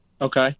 Okay